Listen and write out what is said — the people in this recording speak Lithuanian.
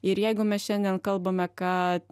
ir jeigu mes šiandien kalbame kad